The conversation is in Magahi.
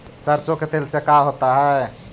सरसों के तेल से का होता है?